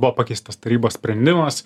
buvo pakeistas tarybos sprendimas